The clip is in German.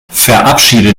verabschiede